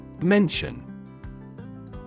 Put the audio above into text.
Mention